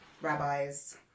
rabbis